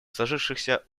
сложившихся